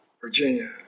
Virginia